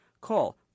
Call